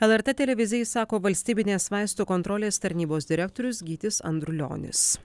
lrt televizijai sako valstybinės vaistų kontrolės tarnybos direktorius gytis andrulionis